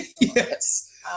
Yes